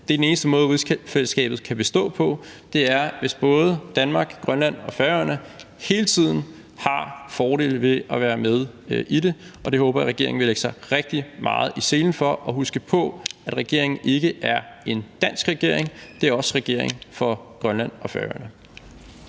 lande. Den eneste måde, rigsfællesskabet kan bestå på, er, hvis både Danmark, Grønland og Færøerne hele tiden har fordele ved at være med i det, og det håber jeg regeringen vil lægge sig rigtig meget i selen for, og at regeringen vil huske på, at regeringen ikke er en dansk regering, men også en regering for Grønland og Færøerne.